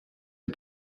der